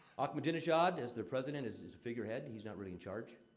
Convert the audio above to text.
ahmadinejad as their president is is a figurehead he's not really in charge.